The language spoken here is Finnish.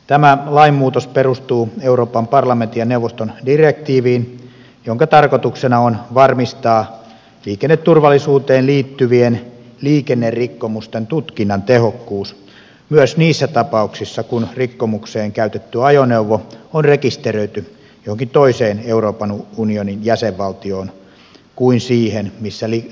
tämä lainmuutos perustuu euroopan parlamentin ja neuvoston direktiiviin jonka tarkoituksena on varmistaa liikenneturvallisuuteen liittyvien liikennerikkomusten tutkinnan tehokkuus myös niissä tapauksissa kun rikkomukseen käytetty ajoneuvo on rekisteröity johonkin toiseen euroopan unionin jäsenvaltioon kuin siihen missä rikkomus on tehty